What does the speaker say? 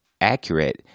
accurate